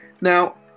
Now